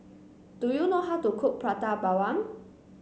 do you know how to cook Prata Bawang